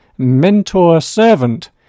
mentor-servant